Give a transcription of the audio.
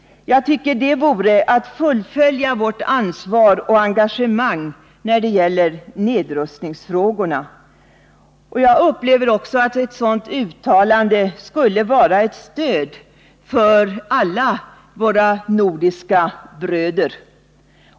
Jag tycker det vore att fullfölja vårt ansvar och engagemang när det gäller nedrustningsfrågorna. Jag upplever också att ett sådant uttalande skulle vara ett stöd för alla våra nordiska bröder.